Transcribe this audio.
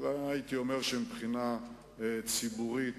אין לי שום עניין להשיב לך.